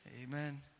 Amen